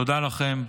תודה לכם.